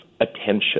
attention